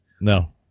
No